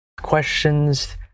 Questions